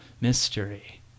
mystery